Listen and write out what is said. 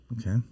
Okay